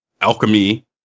alchemy